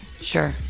Sure